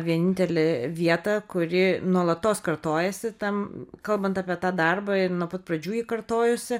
vienintelė vieta kuri nuolatos kartojasi tam kalbant apie tą darbą ir nuo pat pradžių ji kartojosi